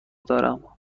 دارم